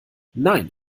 nein